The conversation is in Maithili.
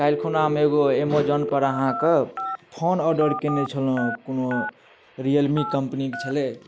काल्हि खुना हम एगो एमेजन पर अहाँके फोन आर्डर कयने छलहुॅं कोनो रियलमी कम्पनीके छलै